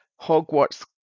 hogwarts